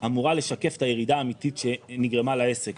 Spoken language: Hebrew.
אמורה לשקף את הירידה האמיתית שנגרמה לעסק.